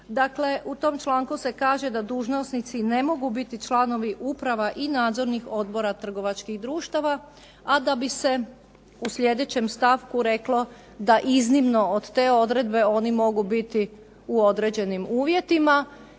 Dakle, u tom članku se kaže da dužnosnici ne mogu biti članovi uprava i nadzornih odbora trgovačkih društava, a da bi se u sljedećem stavku reklo da iznimno od te odredbe oni mogu biti u određenim uvjetima